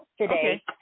today